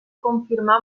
confirmar